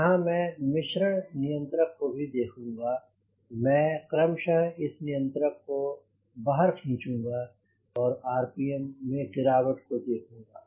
यहाँ मैं मिश्रण नियंत्रक को भी देखूंगा मैं क्रमशः इस नियंत्रक को बाहर खींचूंगा और आरपीएम में गिरावट को देखूंगा